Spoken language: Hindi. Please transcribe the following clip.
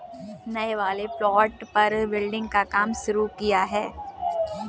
नए वाले प्लॉट पर बिल्डिंग का काम शुरू किया है